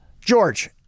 George